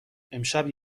امشب